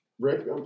Rick